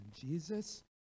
Jesus